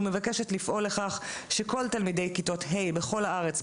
ומבקשת לפעול לכך שכל תלמידי כיתות ה' בכל הארץ,